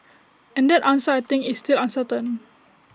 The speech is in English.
and that answer I think is still uncertain